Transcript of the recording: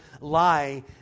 lie